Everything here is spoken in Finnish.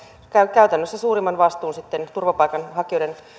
käytännössä suurimman vastuun sitten turvapaikanhakijoiden